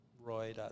Roy